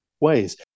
ways